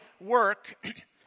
work